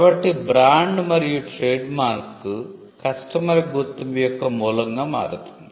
కాబట్టి బ్రాండ్ మరియు trademark customer గుర్తింపు యొక్క మూలంగా మారుతుంది